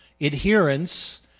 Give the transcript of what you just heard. Adherence